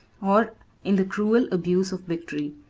or in the cruel abuse of victory.